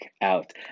out